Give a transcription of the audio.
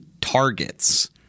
targets